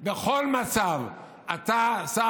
סעיף שבכל מצב אתה, שר